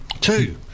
Two